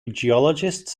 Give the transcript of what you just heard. geologists